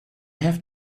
have